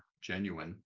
genuine